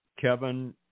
Kevin